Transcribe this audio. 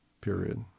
period